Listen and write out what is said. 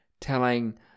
telling